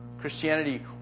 Christianity